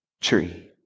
tree